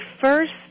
first